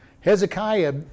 Hezekiah